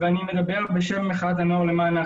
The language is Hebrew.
ואני מדבר בשם מחאת הנוער למען האקלים.